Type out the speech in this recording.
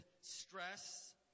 stress